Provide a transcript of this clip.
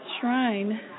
shrine